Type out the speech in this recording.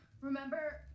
remember